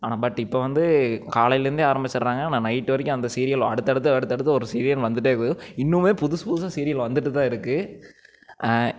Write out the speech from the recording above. ஆனால் பட் இப்போ வந்து காலைலேருந்தே ஆரமிச்சிடறாங்க ஆனால் நைட்டு வரைக்கும் அந்த சீரியல் அடுத்து அடுத்து அடுத்து அடுத்து ஒரு சீரியல் வந்துட்டே இருக்குது இன்னுமே புதுசு புதுசாக சீரியல் வந்துட்டு தான் இருக்குது